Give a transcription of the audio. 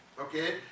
Okay